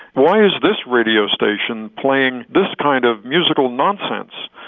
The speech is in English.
why is this radio station playing this kind of musical nonsense?